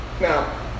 Now